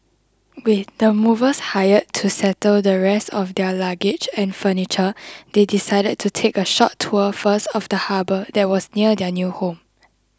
with the movers hired to settle the rest of their luggage and furniture they decided to take a short tour first of the harbour that was near their new home